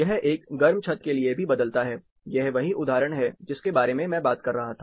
यह एक गर्म छत के लिए भी बदलता है यह वही उदाहरण है जिसके बारे में मैं बात कर रहा था